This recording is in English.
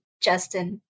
justin